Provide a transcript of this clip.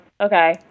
Okay